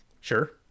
sure